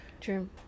True